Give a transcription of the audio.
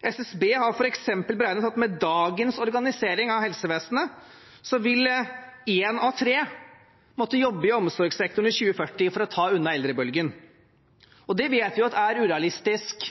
SSB har f.eks. beregnet at med dagens organisering av helsevesenet vil én av tre i 2040 måtte jobbe i omsorgssektoren for å ta unna eldrebølgen. Det vet vi er urealistisk